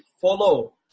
follow